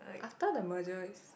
after the merger it's